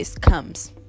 comes